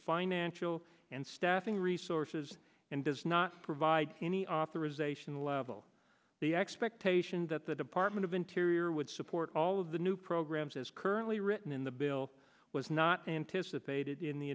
financial and staffing resources and does not provide any authorization level the expectation that the department of interior would support all of the new programs as currently written in the bill was not anticipated in the